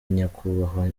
nyakubahwa